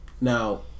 Now